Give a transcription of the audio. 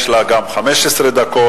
יש גם לה 15 דקות,